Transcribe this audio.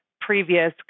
previous